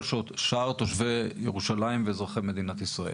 שאר תושבי ירושלים ואזרחי מדינת ישראל.